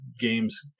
games